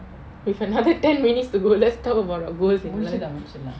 we have another ten minutes to go let's talk about our goals in life